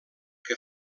que